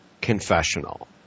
confessional